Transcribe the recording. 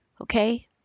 Okay